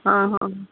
ಹಾಂ ಹಾಂ